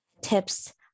tips